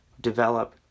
develop